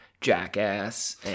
jackass